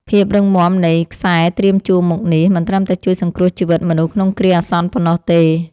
ភាពរឹងមាំនៃខ្សែត្រៀមជួរមុខនេះ មិនត្រឹមតែជួយសង្គ្រោះជីវិតមនុស្សក្នុងគ្រាអាសន្នប៉ុណ្ណោះទេ។